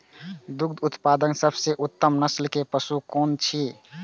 दुग्ध उत्पादक सबसे उत्तम नस्ल के पशु कुन छै?